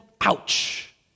Ouch